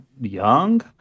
young